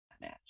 match